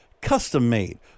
custom-made